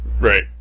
Right